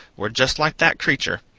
were just like that creature.